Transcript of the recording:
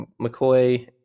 McCoy